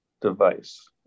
device